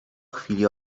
chwili